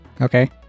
Okay